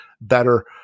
better